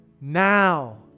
Now